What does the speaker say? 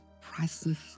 priceless